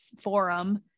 forum